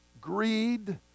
greed